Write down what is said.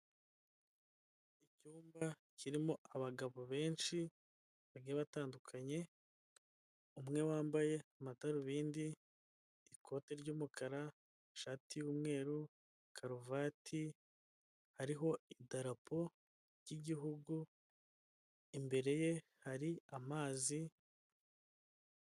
Icyumba kirimo abagabo benshi bagiye batandukanye, umwe wambaye amadarubindi, ikote ry'umukara, ishati y'umweru, karuvati, hariho idarapo ry'igihugu imbere ye hari amazi.